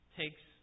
takes